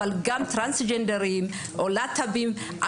אבל גם טרנסג'נדרים או להט"בים,